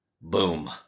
Boom